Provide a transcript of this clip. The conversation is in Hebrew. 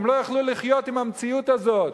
הם לא יכלו לחיות עם המציאות הזאת,